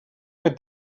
mit